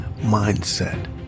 mindset